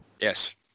Yes